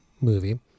movie